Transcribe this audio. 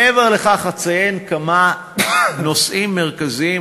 מעבר לכך אציין כמה נושאים מרכזיים,